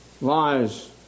lies